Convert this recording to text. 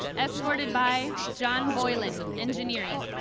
escorted by john boyland, engineering.